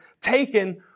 taken